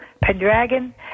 Pendragon